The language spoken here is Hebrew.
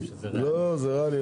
לא, לא, זה ריאלי.